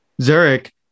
Zurich